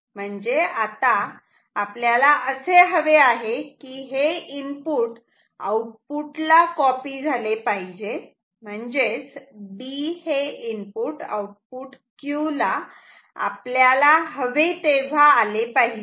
म्हणजे आता आपल्याला असे हवे आहे की हे इनपुट आऊटपुटला कॉपी झाले पाहिजे म्हणजेच D हे इनपुट आउटपुट Q ला आपल्याला हवे तेव्हा आले पाहिजे